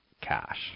cash